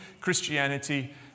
Christianity